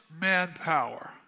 manpower